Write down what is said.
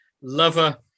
lover